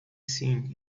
seen